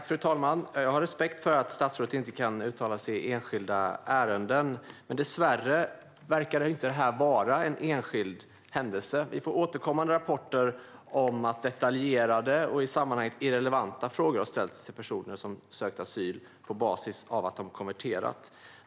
Fru talman! Jag har respekt för att statsrådet inte kan uttala sig i enskilda ärenden, men dessvärre verkar detta inte vara en enskild händelse. Vi får återkommande rapporter om att detaljerade och i sammanhanget irrelevanta frågor har ställts till personer som sökt asyl på basis av att de har konverterat.